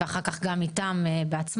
ואחר כך גם איתם בעצמם.